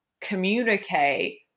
communicate